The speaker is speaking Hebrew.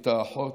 את האחות,